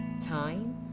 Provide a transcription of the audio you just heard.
time